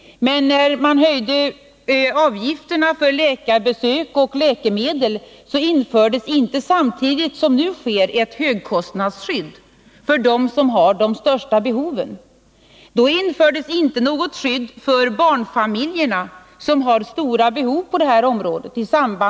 När man då höjde avgifterna för läkarbesök och läkemedel infördes inte samtidigt — såsom nu sker — högkostnadsskydd för dem som har de största behoven. Då infördes inte något skydd i samband med läkarbesök för barnfamiljerna, som har stora behov på det här området.